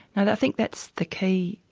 and think that's the key,